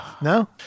no